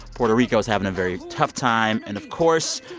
puerto rico is having a very tough time. and, of course,